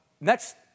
next